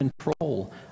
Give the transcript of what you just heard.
control